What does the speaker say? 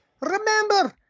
remember